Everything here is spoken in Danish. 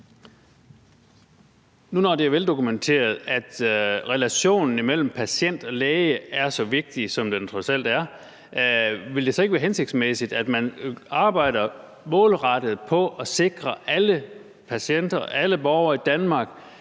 Når det nu er veldokumenteret, at relationen imellem patient og læge er så vigtig, som den trods alt er, vil det så ikke være hensigtsmæssigt, at man arbejder målrettet på at sikre alle patienter, alle borgere i Danmark,